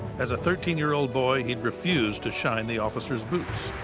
as a thirteen year old boy, he'd refused to shine the officer's boots.